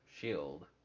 shield